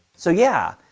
so, yeah,